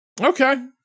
okay